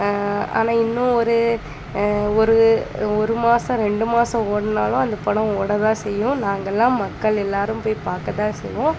ஆனால் இன்னும் ஒரு ஒரு ஒரு மாதம் ரெண்டு மாதம் ஓடுனாலும் அந்த படம் ஓடதான் செய்யும் நாங்களாம் மக்கள் எல்லாரும் போய் பார்க்கதான் செய்வோம்